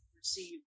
receive